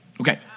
Okay